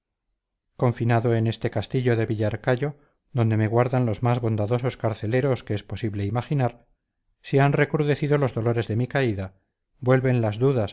confinado en este castillo de villarcayo donde me guardan los más bondadosos carceleros que es posible imaginar se han recrudecido los dolores de mi caída vuelven las dudas